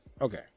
okay